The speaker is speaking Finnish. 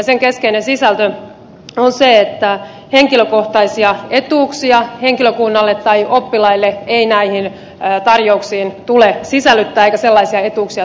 sen keskeinen sisältö on se että henkilökohtaisia etuuksia henkilökunnalle tai oppilaille ei näihin tarjouksiin tule sisällyttää eikä sellaisia etuuksia tule vastaanottaa